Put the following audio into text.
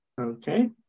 okay